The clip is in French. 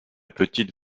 petite